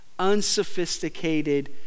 Unsophisticated